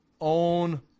own